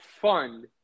fund